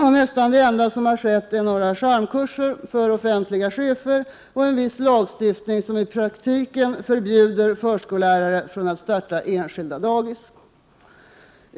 Det enda som skett är i stort sett att det har varit några charmkurser för offentligt anställda chefer och att vi fått viss lagstiftning som i praktiken förbjuder förskollärare att starta enskilda dagis.